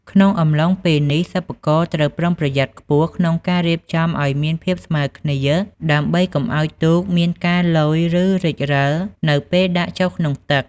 ក្នុងអំឡុងពេលនេះ សិប្បករត្រូវប្រុងប្រយ័ត្នខ្ពស់ក្នុងការរៀបចំឲ្យមានភាពស្មើគ្នាដើម្បីកុំឲ្យទូកមានការលយឬរេចរឹលនៅពេលដាក់ចុះក្នុងទឹក។